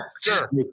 Sure